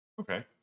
Okay